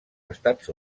estats